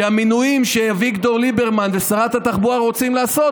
שהמינויים שאביגדור ליברמן ושרת התחבורה רוצים לעשות,